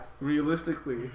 Realistically